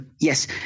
yes